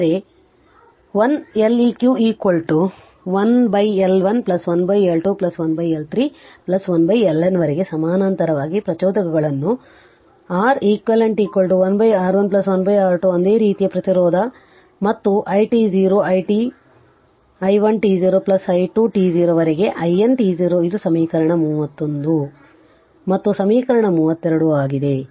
ಆದರೆ 1 L eq 1L 1 plus 1L 2 ಪ್ಲಸ್1L 3 plus 1 LN ವರೆಗೆ ಸಮಾನಾಂತರವಾಗಿ ಪ್ರಚೋದಕಗಳನ್ನು R ಇಕ್ 1 R 1 ಪ್ಲಸ್ 1R 2 ಒಂದೇ ರೀತಿಯ ಪ್ರತಿರೋದ ಮತ್ತು i t 0 i 1 t 0 plus i 2 t 0 ರವರೆಗೆ i N t 0 ಇದು ಸಮೀಕರಣ 31 ಮತ್ತು ಸಮೀಕರಣ 32 ಆಗಿದೆ